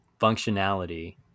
functionality